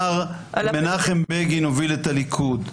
מנחם בגין הוביל את הליכוד,